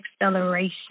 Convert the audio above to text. acceleration